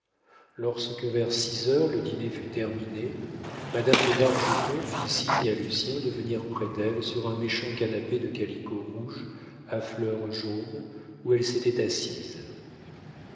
lorsque vers six heures le dîner fut terminé madame de bargeton fit signe à lucien de venir près d'elle sur un méchant canapé de calicot rouge à fleurs jaunes où elle s'était assise